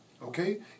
Okay